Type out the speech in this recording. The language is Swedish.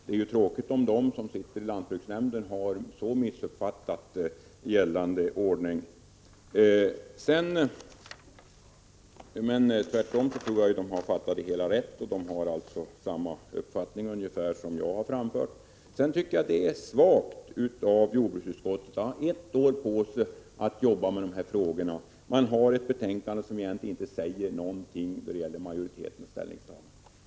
Det är ju tråkigt om de som sitter i lantbruksnämnden har missuppfattat gällande ordning. Jag tror emellertid att de tvärtom har fattat det hela rätt. De har ungefär samma uppfattning som den jag framfört. Jag tycker att det är svagt av jordbruksutskottet att efter att ha haft ett år på sig att jobba med dessa frågor komma med ett betänkande, som egentligen inte säger någonting då det gäller majoritetens ställningstagande.